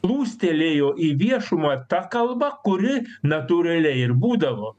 plūstelėjo į viešumą ta kalba kuri natūraliai ir būdavo